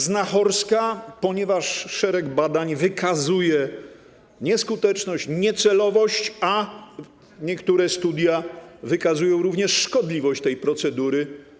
Znachorska, ponieważ szereg badań wykazuje nieskuteczność, niecelowość, a niektóre studia wykazują również szkodliwość tej procedury.